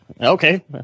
okay